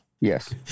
yes